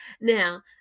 now